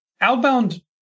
Outbound